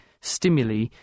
stimuli